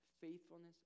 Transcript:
faithfulness